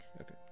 Okay